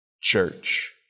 church